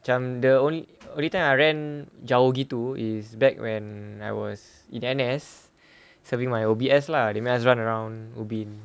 macam the only only time I ran jauh gitu is back when I was in N_S serving my O_B_S lah they make us run around ubin